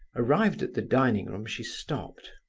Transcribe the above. arrived at the dining-room, she stopped.